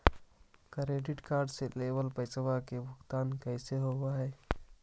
Credit card से लेवल पैसा के भुगतान कैसे होव हइ?